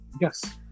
Yes